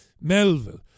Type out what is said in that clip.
Melville